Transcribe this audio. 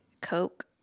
Coke